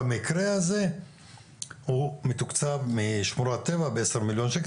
במקרה הזה הוא מתוקצב משמורת טבע ב-10 מיליון שקל.